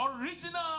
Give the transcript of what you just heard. original